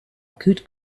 good